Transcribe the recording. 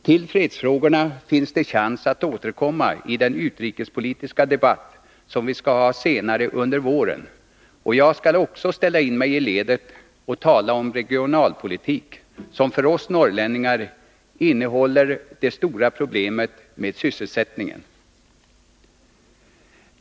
Till fredsfrågorna finns det chans att återkomma i den utrikespolitiska debatt som vi skall ha senare under våren, och jag skall också ställa in mig i ledet och tala om regionalpolitik, som för oss norrlänningar innehåller det stora problemet med sysselsättningen.